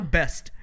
best